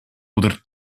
oder